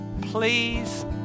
Please